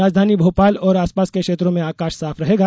राजधानी भोपाल और आसपास के क्षेत्रों में आकाश साफ रहेगा